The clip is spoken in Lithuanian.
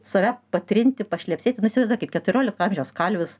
save patrinti pašlepsėti nu įsivaizduokit keturiolikto amžiaus kalvis